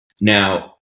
Now